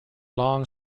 long